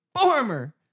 former